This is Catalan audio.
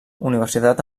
universitat